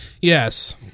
Yes